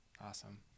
Awesome